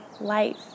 life